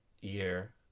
year